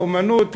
האמנות,